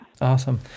Awesome